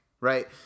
right